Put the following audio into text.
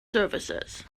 services